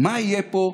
מה יהיה פה,